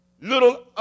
little